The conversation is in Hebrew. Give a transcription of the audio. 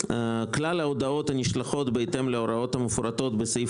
"כלל ההודעות הנשלחות בהתאם להוראות המפורטות בסעיף